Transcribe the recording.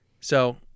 So-